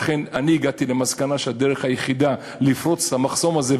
לכן אני הגעתי למסקנה שהדרך היחידה לפרוץ את המחסום הזה,